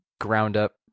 ground-up